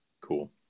Cool